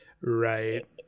Right